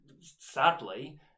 sadly